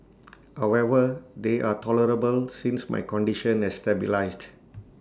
however they are tolerable since my condition has stabilised